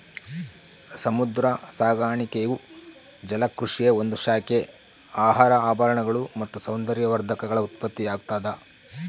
ಸಮುದ್ರ ಸಾಕಾಣಿಕೆಯು ಜಲಕೃಷಿಯ ಒಂದು ಶಾಖೆ ಆಹಾರ ಆಭರಣಗಳು ಮತ್ತು ಸೌಂದರ್ಯವರ್ಧಕಗಳ ಉತ್ಪತ್ತಿಯಾಗ್ತದ